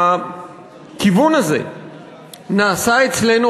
בכיוון הזה נעשתה אצלנו,